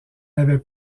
avait